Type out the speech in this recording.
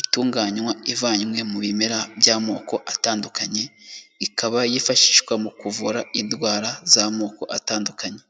itunganywa ivanywe mu bimera by'amoko atandukanye, ikaba yifashishwa mu kuvura indwara z'amoko atandukanye.